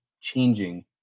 changing